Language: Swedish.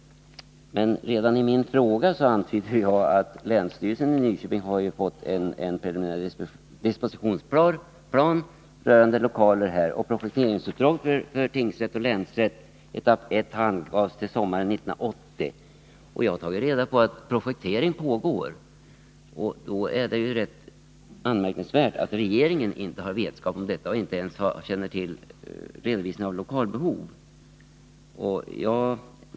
Men i min fråga framhåller jag att länsstyrelsen i Nyköping har fått en preliminär dispositionsplan rörande lokaler och att i den planen projektering för tingsrätt och länsrätt, etapp 1, angavs ske sommaren 1980. Jag har tagit reda på att projektering pågår, och jag tycker det är anmärkningsvärt att regeringen inte har vetskap om detta och inte känner till redovisningen av lokalbehovet.